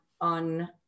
on